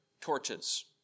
torches